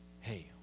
hey